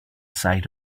sight